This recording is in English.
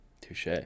Touche